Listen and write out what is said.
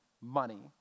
money